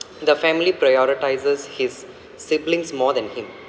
the family prioritises his siblings more than him